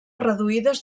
reduïdes